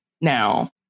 now